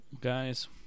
guys